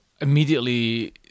immediately